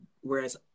Whereas